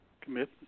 commit